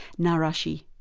nuqrashi.